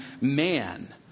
man